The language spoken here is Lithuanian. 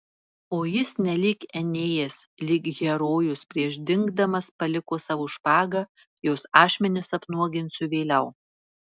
o jis nelyg enėjas lyg herojus prieš dingdamas paliko savo špagą jos ašmenis apnuoginsiu vėliau